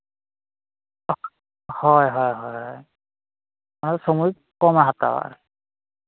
ᱦᱳᱭ ᱦᱳᱭ ᱦᱳᱭ ᱚᱱᱟ ᱥᱚᱵᱽ ᱠᱷᱚᱱ ᱠᱚᱢᱮ ᱦᱟᱛᱟᱣᱟ